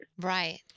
Right